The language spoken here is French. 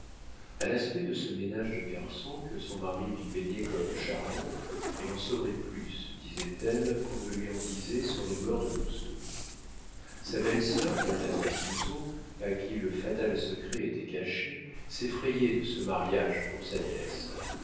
a l'aspect de ce ménage de garçon que son mari lui peignait comme charmant elle en saurait plus disait-elle qu'on ne lui en disait sur les mœurs de lousteau sa belle-sœur madame camusot à qui le fatal secret était caché s'effrayait de ce mariage pour sa nièce